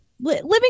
living